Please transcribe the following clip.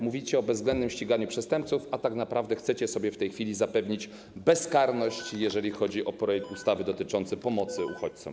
Mówicie o bezwzględnym ściganiu przestępców, a tak naprawdę chcecie sobie w tej chwili zapewnić bezkarność, jeżeli chodzi o projekt ustawy dotyczący pomocy uchodźcom.